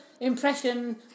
impression